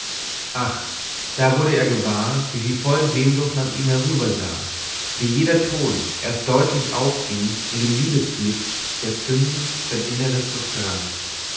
ach da wurde er gewahr wie sie voll sehnsucht nach ihm herübersah wie jeder ton erst deutlich aufging in dem liebesblick der zündend sein inneres durchdrang